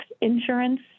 insurance